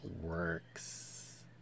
works